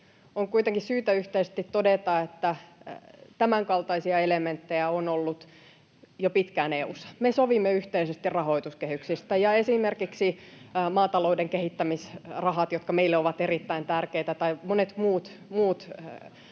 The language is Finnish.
on kuitenkin syytä yhteisesti todeta, että tämänkaltaisia elementtejä on ollut jo pitkään EU:ssa. Me sovimme yhteisesti rahoituskehyksistä, [Vilhelm Junnilan välihuuto] ja esimerkiksi maatalouden kehittämisrahat, jotka meille ovat erittäin tärkeitä, tai monet muut asiat,